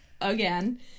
again